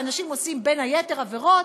ואנשים עושים בין היתר עבירות,